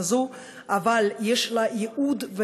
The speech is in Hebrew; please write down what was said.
אבל יש לה ייעוד.